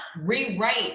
rewrite